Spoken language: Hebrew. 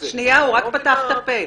שנייה, הוא רק פתח את הפה.